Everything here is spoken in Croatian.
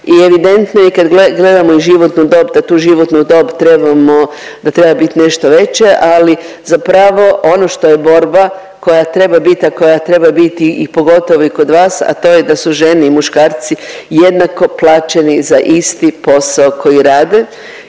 i evidentno je kad gledamo i životnu dob, da tu životnu dob trebamo, da treba bit nešto veće ali zapravo ono što je borba koja treba bit, a koja treba biti i pogotovo i kod vas, a to je da su žene i muškarci jednako plaćeni za isti posao koji rade